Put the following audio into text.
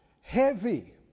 heavy